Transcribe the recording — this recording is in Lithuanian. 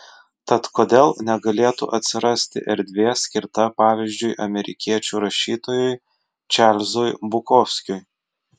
tad kodėl negalėtų atsirasti erdvė skirta pavyzdžiui amerikiečių rašytojui čarlzui bukovskiui